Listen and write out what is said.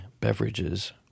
beverages